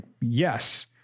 yes